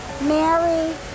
mary